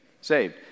saved